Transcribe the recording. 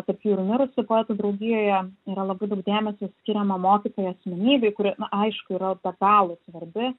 tarp jų ir mirusių poetų draugijoje yra labai daug dėmesio skiriama mokytojo asmenybei kuri na aišku yra be galo svarbi